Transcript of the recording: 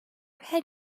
her